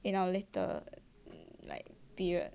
in our later like period